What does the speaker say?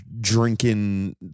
drinking